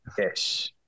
Yes